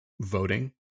voting